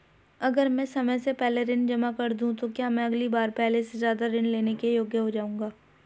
अगर मैं समय से पहले ऋण जमा कर दूं तो क्या मैं अगली बार पहले से ज़्यादा ऋण लेने के योग्य हो जाऊँगा?